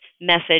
message